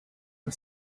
for